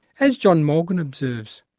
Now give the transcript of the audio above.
as john morgan observes,